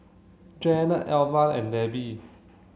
Janet Alvia and Debbie